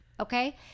Okay